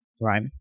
Right